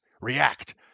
React